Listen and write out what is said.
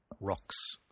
Rocks